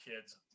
kids